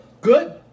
good